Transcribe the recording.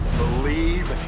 believe